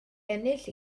ennill